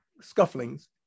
scufflings